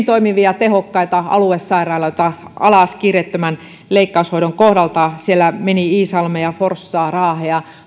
toimivia tehokkaita aluesairaaloita alas kiireettömän leikkaushoidon kohdalta siellä meni iisalmea forssaa raahea